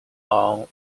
allow